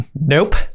Nope